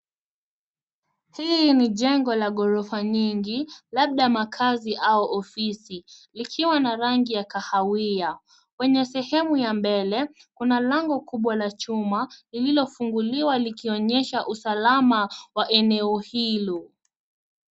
Hii ni jengo la ghorofa nyingi, labda makaazi au ofisi likiwa na rangi ya kahawia. Kwenye sehemu ya mbele, kuna lango kubwa la chuma lililofunguliwa likionyesha usalama wa eneo hilo.